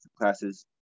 classes